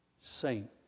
saint